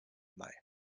mai